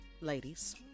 ladies